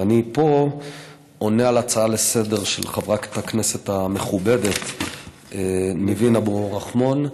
ואני עונה פה על הצעה לסדר-היום של חברת הכנסת המכובדת ניבין אבו רחמון,